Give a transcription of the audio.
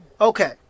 Okay